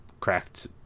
cracked